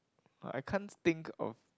uh I can't think of